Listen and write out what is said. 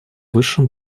высшем